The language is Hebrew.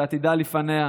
שעתידה לפניה.